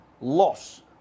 loss